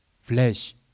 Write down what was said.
flesh